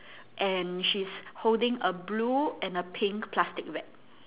and she's holding a blue and a pink plastic bag